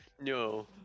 no